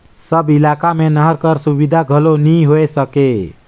सब इलाका मे नहर कर सुबिधा घलो नी होए सके